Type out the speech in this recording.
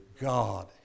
God